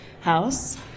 house